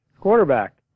quarterback